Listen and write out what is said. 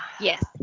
Yes